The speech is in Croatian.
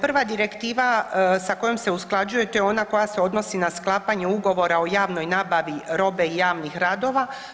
Prva direktiva sa kojom se usklađuje to je ona koja se odnosi na sklapanje ugovora o javnoj nabavi robe i javnih radova.